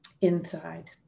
inside